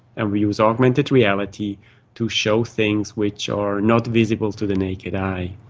and we use augmented reality to show things which are not visible to the naked eye.